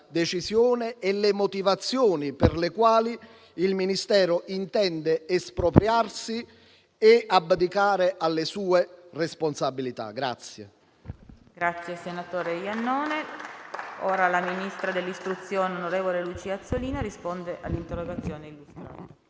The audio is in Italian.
decisione e le motivazioni per le quali il Ministero intende espropriarsi ed abdicare alle proprie responsabilità.